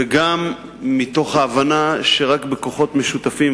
וגם מתוך ההבנה שרק בכוחות משותפים,